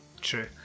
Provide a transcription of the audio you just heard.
true